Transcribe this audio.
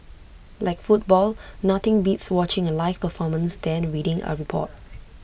like football nothing beats watching A live performance than reading A report